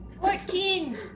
Fourteen